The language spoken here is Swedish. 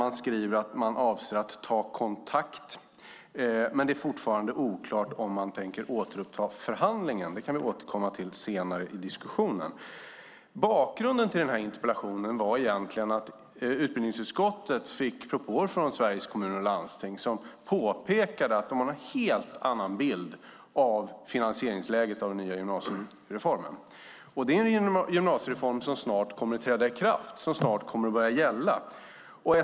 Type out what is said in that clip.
Man skriver att man avser att ta kontakt, men det är fortfarande oklart om man tänker återuppta förhandlingen. Det kan vi återkomma till senare i diskussionen. Bakgrunden till interpellationen var egentligen att utbildningsutskottet fick propåer från Sveriges Kommuner och Landsting, som påpekade att de har en helt annan bild av finansieringsläget för den nya gymnasiereformen. Det är en gymnasiereform som snart kommer att träda i kraft, som snart kommer att börja gälla.